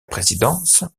présidence